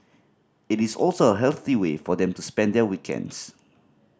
it is also a healthy way for them to spend their weekends